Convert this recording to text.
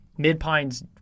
Mid-Pines